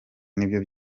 nibyo